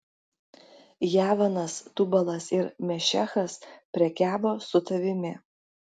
javanas tubalas ir mešechas prekiavo su tavimi